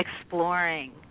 exploring